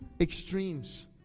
extremes